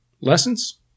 Lessons